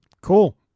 Cool